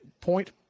point